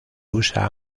usa